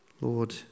Lord